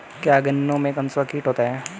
क्या गन्नों में कंसुआ कीट होता है?